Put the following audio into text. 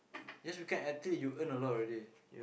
just become an athlete you earn a lot already